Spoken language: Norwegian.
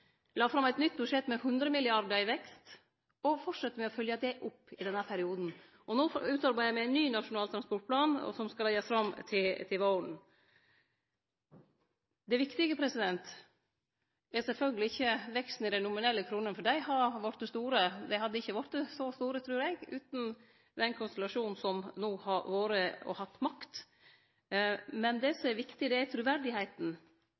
la fram eit nytt budsjett med 100 mrd. kr i vekst, og fortset med å følgje det opp i denne perioden. No utarbeider me ein ny Nasjonal transportplan som skal leggjast fram til våren. Det viktige er sjølvsagt ikkje veksten i dei nominelle kronene, for han har vorte stor, og eg trur ikkje han hadde vorte så stor utan den konstellasjonen som no har vore, og som har hatt makt. Det